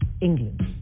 England